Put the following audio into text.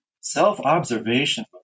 Self-observation